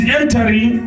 entering